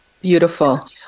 Beautiful